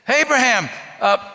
Abraham